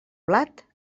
blat